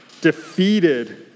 defeated